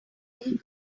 little